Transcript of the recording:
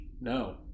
No